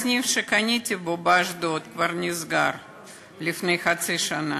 הסניף שקניתי בו באשדוד כבר נסגר לפני חצי שנה.